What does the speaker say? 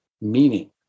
meaning